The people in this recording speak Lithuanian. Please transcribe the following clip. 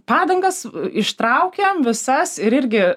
padangas ištraukėm visas ir irgi